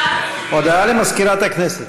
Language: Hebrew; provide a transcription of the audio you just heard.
אבל, הודעה למזכירת הכנסת.